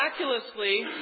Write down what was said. miraculously